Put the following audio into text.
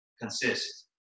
consist